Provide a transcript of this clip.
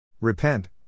Repent